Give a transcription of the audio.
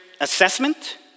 assessment